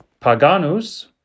paganus